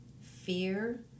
fear